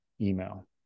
email